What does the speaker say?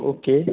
okay